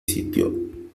sitio